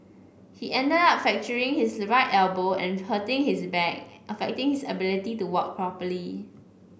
he ended up fracturing his the right elbow and hurting his back affecting his ability to walk properly